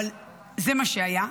אבל זה מה שהיה.